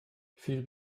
viel